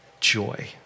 joy